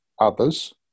others